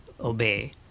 obey